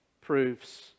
proofs